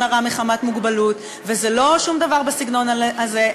הרע מחמת מוגבלות וזה לא שום דבר בסגנון הזה,